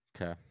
okay